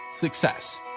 success